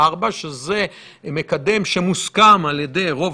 באמצעות לשכת הפרסום הממשלתית.